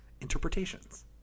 interpretations